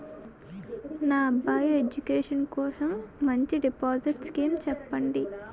నా అబ్బాయి ఎడ్యుకేషన్ కోసం మంచి డిపాజిట్ స్కీం చెప్పండి